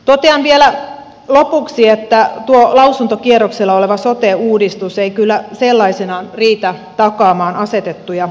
totean vielä lopuksi että tuo lausuntokierroksella oleva sote uudistus ei kyllä sellaisenaan riitä takaamaan asetettuja tavoitteita